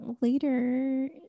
later